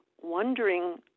wondering